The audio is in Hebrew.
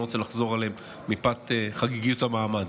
אני לא רוצה לחזור עליהם מפאת חגיגיות המעמד.